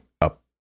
up